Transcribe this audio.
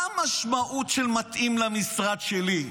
מה המשמעות של "מתאים למשרד שלי"?